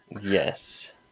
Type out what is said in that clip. Yes